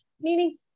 Meaning